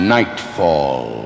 Nightfall